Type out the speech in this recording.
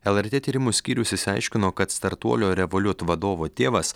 lrt tyrimų skyrius išsiaiškino kad startuolio revoliut vadovo tėvas